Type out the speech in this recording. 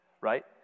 right